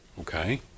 okay